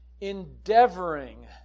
endeavoring